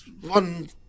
one